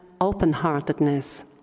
open-heartedness